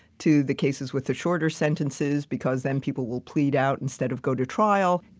to the cases with the shorter sentences because then people will plead out instead of go to trial.